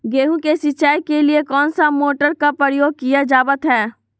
गेहूं के सिंचाई के लिए कौन सा मोटर का प्रयोग किया जावत है?